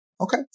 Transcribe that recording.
Okay